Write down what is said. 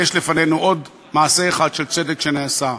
יש לפנינו עוד מעשה אחד של צדק שנעשה.